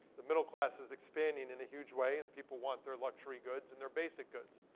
the middle class is expanding in a huge way. and people want their luxury goods and their basic goods.